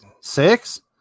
six